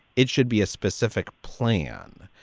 it should be a specific plan.